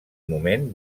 moment